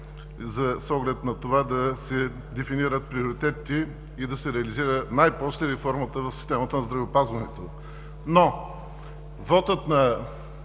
с оглед на това да се дефинират приоритетите и да се реализира най-после реформата в системата на здравеопазването. Но вотът на